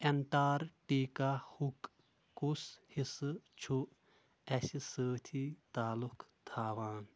انٹارکٹیکاہُک کُس حصہٕ چھُ اسہِ سۭتۍ تعلُق تھاوان